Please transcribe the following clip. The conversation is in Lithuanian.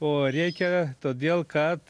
o rėkia todėl kad